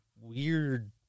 weird